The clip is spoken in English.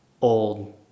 old